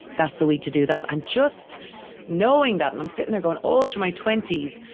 that's the week to do that. and just knowing that, and i'm sitting there going all through my twenty s,